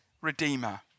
redeemer